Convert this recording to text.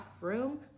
room